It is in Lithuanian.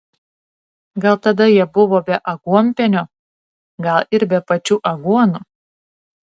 gal tada jie buvo be aguonpienio gal ir be pačių aguonų